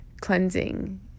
cleansing